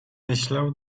myślał